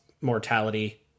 mortality